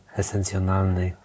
esencjonalny